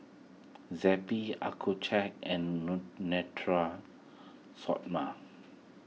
Zappy Accucheck and Natura Stoma